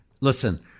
listen